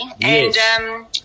Yes